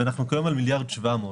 ואנחנו כיום 1.7 מיליארד.